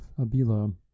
Abila